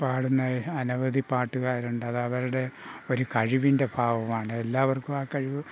പാടുന്ന അനവവധി പാട്ടുകാരുണ്ട് അത് അവരുടെ ഒരു കഴിവിൻ്റെ ഭാഗമാണ് എല്ലാവർക്കും ആ കഴിവ്